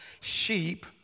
sheep